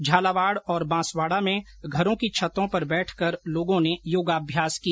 झालावाड़ और बांसवाड़ा में घरों की छतों पर बैठकर लोगों ने योगाभ्यास किया